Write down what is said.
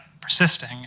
persisting